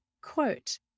Quote